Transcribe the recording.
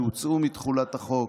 שהוצאו מתחולת החוק,